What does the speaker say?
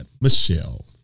Michelle